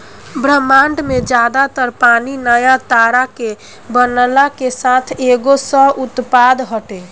ब्रह्माण्ड में ज्यादा तर पानी नया तारा के बनला के साथ के एगो सह उत्पाद हटे